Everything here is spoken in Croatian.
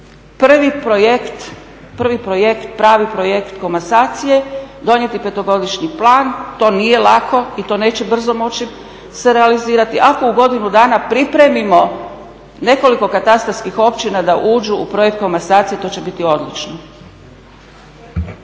prvi projekt, pravi projekt komasacije, donijeti petogodišnji plan. To nije lako i to neće brzo moći se realizirati, ako u godinu dana pripremimo nekoliko katastarskih općina da uđu u projekt komasacije to će biti odlično.